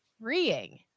freeing